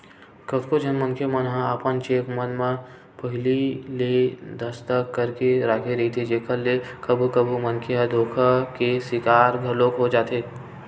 कतको झन मनखे मन ह अपन चेक मन म पहिली ले दस्खत करके राखे रहिथे जेखर ले कभू कभू मनखे ह धोखा के सिकार घलोक हो जाथे